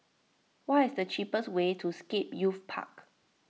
what is the cheapest way to Scape Youth Park